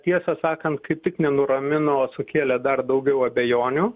tiesą sakant kaip tik nenuramino o sukėlė dar daugiau abejonių